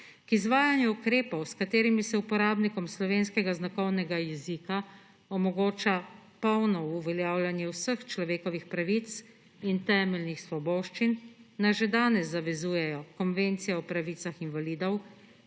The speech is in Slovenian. K izvajanju ukrepov, s katerimi se uporabnikom slovenskega znakovnega jezika omogoča polno uveljavljanje vseh človekovih pravic in temeljnih svoboščin, nas že danes zavezujejo Konvencije o pravicah invalidov,